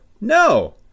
no